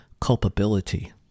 culpability